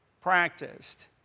practiced